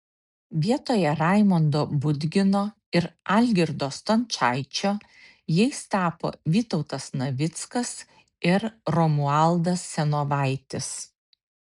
vietoje raimondo budgino ir algirdo stončaičio jais tapo vytautas navickas ir romualdas senovaitis